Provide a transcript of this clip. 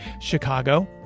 Chicago